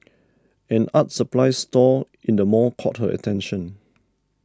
an art supplies store in the mall caught her attention